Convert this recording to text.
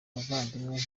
bavandimwe